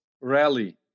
rally